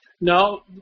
No